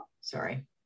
sorry